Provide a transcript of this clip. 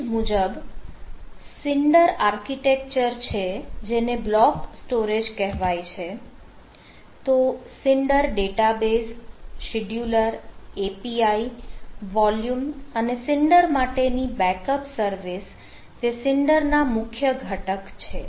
તે જ મુજબ સિન્ડર આર્કિટેક્ચર છે જેને બ્લોક સ્ટોરેજ કહેવાય છે તો Cinder database scheduler API volume અને સિન્ડર માટેની બેકઅપ સર્વિસ તે સિન્ડર ના મુખ્ય ઘટક છે